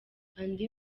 andi